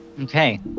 okay